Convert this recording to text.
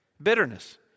Bitterness